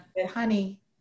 Honey